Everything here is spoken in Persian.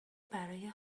برای